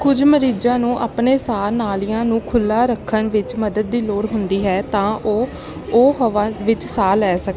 ਕੁਝ ਮਰੀਜ਼ਾਂ ਨੂੰ ਆਪਣੇ ਸਾਹ ਨਾਲੀਆਂ ਨੂੰ ਖੁੱਲ੍ਹਾ ਰੱਖਣ ਵਿੱਚ ਮਦਦ ਦੀ ਲੋੜ ਹੁੰਦੀ ਹੈ ਤਾਂ ਉਹ ਉਹ ਹਵਾ ਵਿੱਚ ਸਾਹ ਲੈ ਸਕ